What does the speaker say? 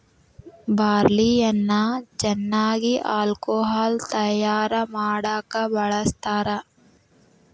ಬಾರ್ಲಿಯನ್ನಾ ಹೆಚ್ಚಾಗಿ ಹಾಲ್ಕೊಹಾಲ್ ತಯಾರಾ ಮಾಡಾಕ ಬಳ್ಸತಾರ